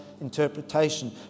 interpretation